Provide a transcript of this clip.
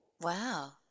Wow